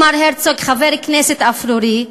מר הרצוג הוא חבר כנסת אפרורי,